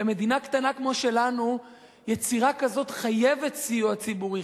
במדינה קטנה כמו שלנו יצירה כזאת חייבת סיוע ציבורי,